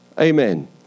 Amen